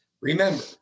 Remember